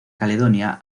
caledonia